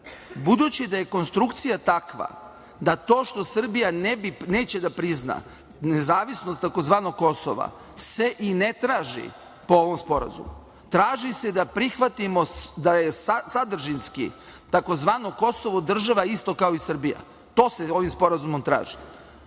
Budući da je konstrukcija takva da to što Srbija neće da prizna nezavisnost tzv. Kosova se i ne traži po ovom sporazumu. Traži se da je sadržinski tzv. Kosovo država isto kao i Srbija. To se ovim sporazumom traži.